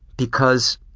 because